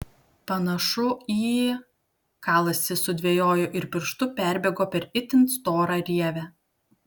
panašu į kalasi sudvejojo ir pirštu perbėgo per itin storą rievę